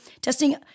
testing